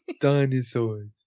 Dinosaurs